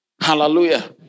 Hallelujah